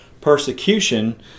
persecution